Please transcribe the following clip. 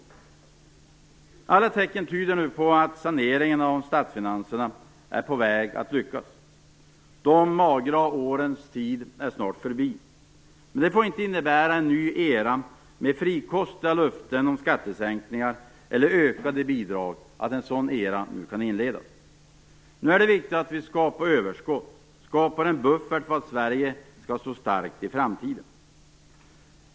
Alla tecken tyder nu på att saneringen av statsfinanserna är på väg att lyckas. De magra årens tid är snart förbi. Det får inte innebära att en ny era med frikostiga löften om skattesänkningar eller ökade bidrag kan inledas. Nu är det viktigt att skapa överskott, skapa en buffert för att Sverige skall stå starkt i framtiden.